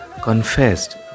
confessed